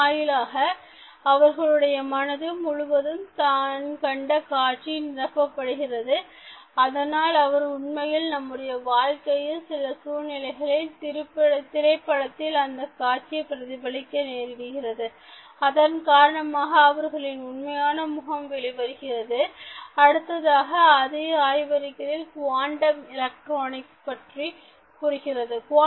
அதன் வாயிலாக அவர்களுடைய மனது முழுவதும் தன் கண்ட காட்சி நிரப்பப்படுகிறது அதனால் அவர் உண்மையில் நம்முடைய வாழ்க்கையில் சில சூழ்நிலைகளில் திரைப்படத்தில் அந்த காட்சியை பிரதிபலிக்க நேரிடுகிறது இதன் காரணமாக அவர்களின் உண்மையான முகம் வெளிவருகிறது அடுத்ததாக அதே ஆய்வறிக்கையில் குவாண்டம் எலக்ட்ரானிக்ஸ் பற்றிக் கூறுகிறது